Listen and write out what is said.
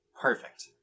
perfect